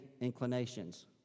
inclinations